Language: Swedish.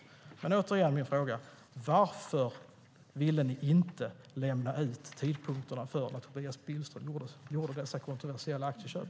Jag återkommer till min fråga: Varför ville ni inte lämna ut tidpunkterna för när Tobias Billström gjorde dessa kontroversiella aktieköp?